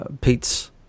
Pete's